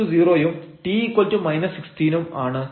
s0 ഉം t 16 ഉം ആണ്